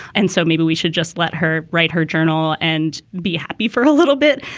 and so maybe we should just let her write her journal and be happy for a little bit.